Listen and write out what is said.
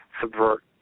subvert